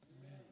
Amen